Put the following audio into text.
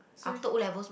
so